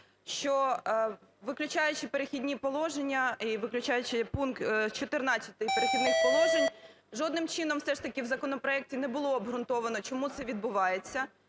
що виключаючи "Перехідні положення" і виключаючи пункт 14 "Перехідних положень", жодним чином все ж таки в законопроекті не було обґрунтовано, чому це відбувається,